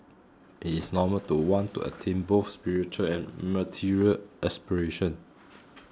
it is normal to want to attain both spiritual and material aspirations